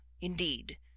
Indeed